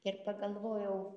ir pagalvojau